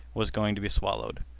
was going to be swallowed.